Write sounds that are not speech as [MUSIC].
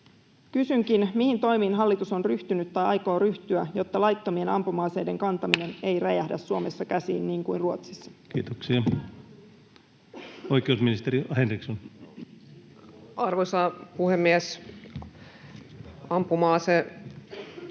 Kysynkin, mihin toimiin hallitus on ryhtynyt tai aikoo ryhtyä, jotta laittomien ampuma-aseiden kantaminen [NOISE] ei räjähdä Suomessa käsiin niin kuin Ruotsissa. Kiitoksia. — Oikeusministeri Henriksson. Arvoisa puhemies!